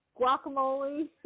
guacamole